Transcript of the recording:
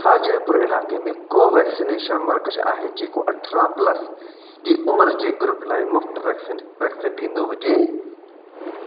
छा जयपुर इलाइक़े में को वैक्सनेशन मर्कज़ आहे जेको अठरां प्लस जी उमिरि जे ग्रुप लाइ मुफ़्त वैक्सीन वैक्स ॾींदो हुजे